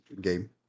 game